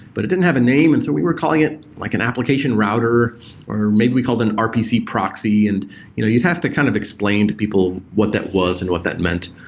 but it didn't have a name and so we were calling it like an application router or maybe we call it an rpc proxy. and you'd have to kind of explain to people what that was and what that meant.